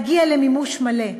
להגיע למימוש מלא.